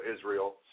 Israel